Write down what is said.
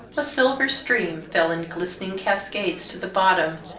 a silver stream fell in glistening cascades to the bottom,